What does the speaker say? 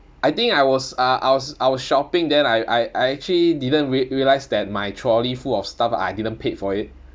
I think I was ah I was I was shopping then I I I actually didn't re~ realise that my trolley full of stuff I didn't paid for it